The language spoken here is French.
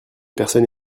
personne